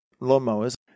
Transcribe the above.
lawnmowers